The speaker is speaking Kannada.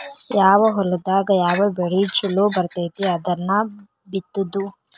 ಯಾವ ಹೊಲದಾಗ ಯಾವ ಬೆಳಿ ಚುಲೊ ಬರ್ತತಿ ಅದನ್ನ ಬಿತ್ತುದು